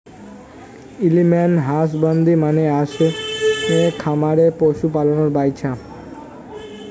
animal husbandry মানে হসে খামারে পশু পালনের ব্যপছা